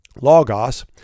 Logos